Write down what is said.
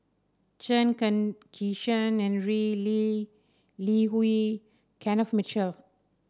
Chen Kezhan Henri Lee Li Hui Kenneth Mitchell